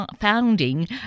founding